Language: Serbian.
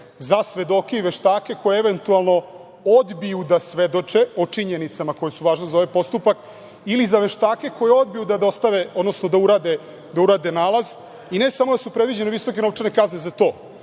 za svedoke i veštake koji eventualno odbiju da svedoče o činjenicama koje su važne za ovaj postupak ili za veštake koji odbiju da dostave, odnosno da urade nalaz i ne samo da su predviđene visoke novčane kazne za to,